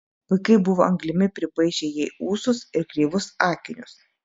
vaikai buvo anglimi pripaišę jai ūsus ir kreivus akinius